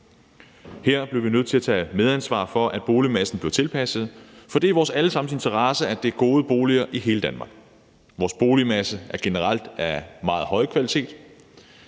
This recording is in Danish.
Her bliver vi nødt til at tage medansvar for, at boligmassen bliver tilpasset, for det er i vores alle sammens interesse, at der er gode boliger i hele Danmark. Vores boligmasse er generelt af meget høj kvalitet,